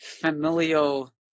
familial